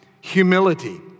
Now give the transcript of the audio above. Humility